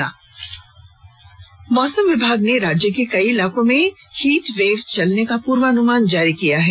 मौसम मौसम विभाग ने राज्य के कई इलाकों में हीटवेव चलने का पूर्वानुमान जारी किया है